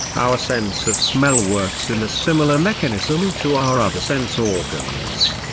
our sense of smell works in a similar mechanism to our other sense organs.